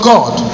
God